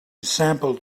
sampled